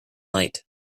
night